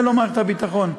זה לא מערכת הביטחון.